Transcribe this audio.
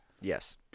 Yes